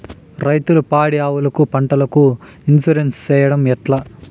రైతులు పాడి ఆవులకు, పంటలకు, ఇన్సూరెన్సు సేయడం ఎట్లా?